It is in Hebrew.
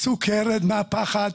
סוכרת מהפחד,